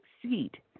succeed